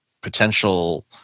potential